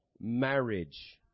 marriage